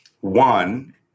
One